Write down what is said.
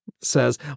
says